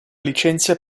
licenzia